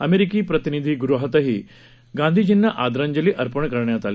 अमेरिकी प्रतीनिधीगृहातही गांधीजींना आदरांजली अर्पण करण्यात आली